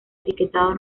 etiquetado